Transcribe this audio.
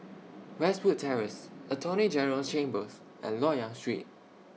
Westwood Terrace Attorney General's Chambers and Loyang Street